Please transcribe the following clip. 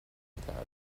italia